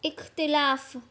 इख़्तिलाफ़ु